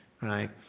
right